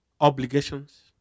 obligations